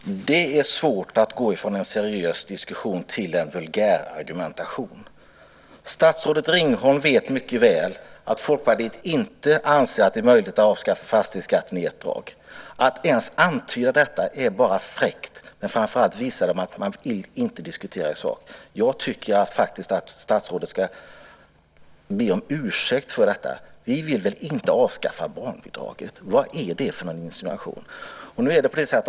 Fru talman! Det är svårt att gå från en seriös diskussion till en vulgärargumentation. Statsrådet Ringholm vet mycket väl att Folkpartiet inte anser att det är möjligt att avskaffa fastighetsskatten i ett drag. Att ens antyda detta är bara fräckt. Men framför allt visar det att man inte vill diskutera i sak. Jag tycker faktiskt att statsrådet ska be om ursäkt för detta. Vi vill väl inte avskaffa barnbidraget! Vad är det för insinuation?